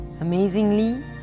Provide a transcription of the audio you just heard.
Amazingly